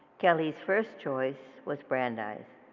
kelly's first choice was brandeis,